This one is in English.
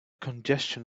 congestion